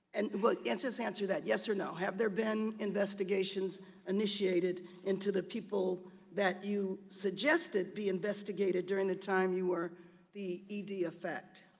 and but yeah just answer that yes or no. have there been investigations initiated into the people that you suggested be investigated during the time you were the ed of fact?